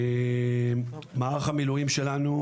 במערך המילואים שלנו,